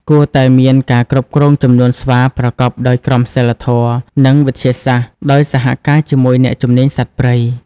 គួរតែមានការគ្រប់គ្រងចំនួនស្វាប្រកបដោយក្រមសីលធម៌ និងវិទ្យាសាស្ត្រ ដោយសហការជាមួយអ្នកជំនាញសត្វព្រៃ។